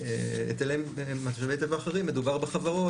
בהיטלים ממשאבי טבע אחרים מדובר בחברות,